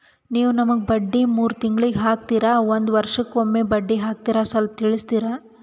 ನೀವು ನಮಗೆ ಬಡ್ಡಿ ಮೂರು ತಿಂಗಳಿಗೆ ಹಾಕ್ತಿರಾ, ಒಂದ್ ವರ್ಷಕ್ಕೆ ಒಮ್ಮೆ ಬಡ್ಡಿ ಹಾಕ್ತಿರಾ ಸ್ವಲ್ಪ ತಿಳಿಸ್ತೀರ?